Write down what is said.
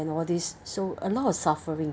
and all these so a lot of suffering